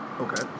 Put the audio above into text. Okay